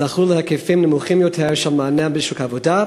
זכו להיקפים נמוכים יותר של מענה משוק העבודה,